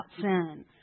sin